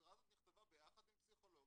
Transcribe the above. הסדרה הזאת נכתבה ביחד עם פסיכולוגים.